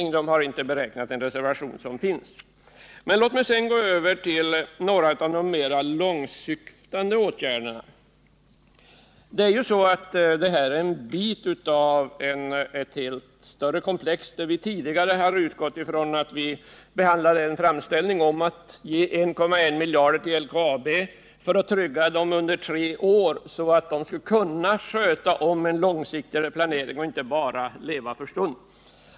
Motionärerna har inte räknat med det reservationsanslag som finns. Låt mig sedan ta upp några av de mera långtsyftande åtgärderna. Det här är en bit av ett större komplex. Vi har tidigare behandlat en framställning om att ge 1,1 miljarder till LKAB för att trygga dess existens under tre år, så att företaget skulle kunna göra en långsiktigare planering och inte bara leva för stunden.